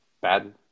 bad